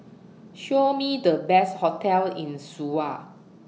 Show Me The Best hotels in Suva